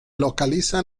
localiza